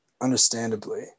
understandably